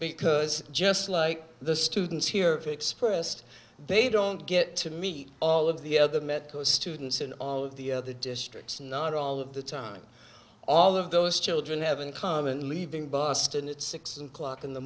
because just like the students here expressed they don't get to meet all of the other met students in all of the other districts not all of the time all of those children have in common leaving boston at six and clock in the